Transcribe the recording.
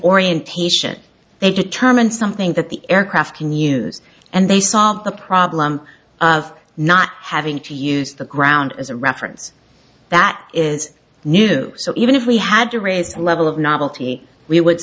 orientation they determine something that the aircraft can use and they solve the problem of not having to use the ground as a reference that is new so even if we had to raise the level of novelty we would